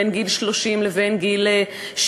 בין גיל 30 לגיל 60,